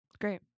Great